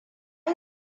yi